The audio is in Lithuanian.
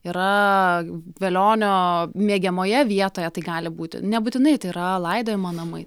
yra velionio mėgiamoje vietoje tai gali būti nebūtinai tai yra laidojimo namai